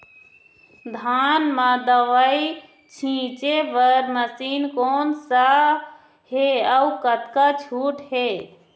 धान म दवई छींचे बर मशीन कोन सा हे अउ कतका छूट हे?